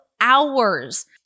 hours